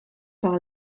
par